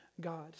God